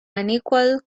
unequal